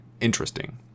interesting